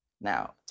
Now